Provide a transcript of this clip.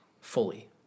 fully